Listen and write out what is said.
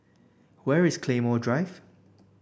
where is Claymore Drive